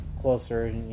closer